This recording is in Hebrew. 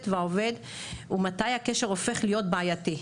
והעובד ומתי הקשר הופך להיות בעייתי.